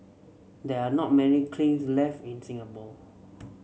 there are not many kilns left in Singapore